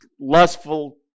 lustful